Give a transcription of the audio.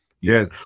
yes